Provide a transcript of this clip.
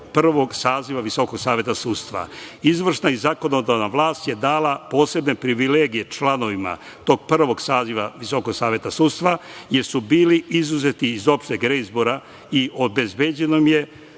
prvog saziva Visokog saveta sudstva. Izvršna i zakonodavna vlast je dala posebne privilegije članovima tog prvog saziva Visokog saveta sudstva, jer su bili izuzeti iz opšteg reizbora i obezbeđeno im je